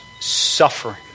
suffering